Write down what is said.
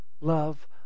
love